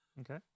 Okay